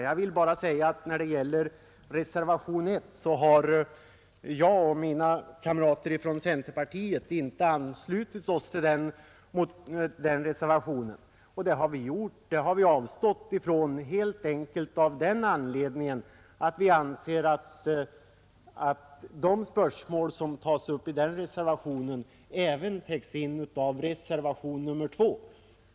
Jag vill bara säga att när det gäller reservationen 1 så har jag och mina kamrater från centerpartiet inte anslutit oss till den, helt enkelt av den anledningen att vi anser att de spörsmål som tas upp i den reservationen även täcks in av reservationen 2.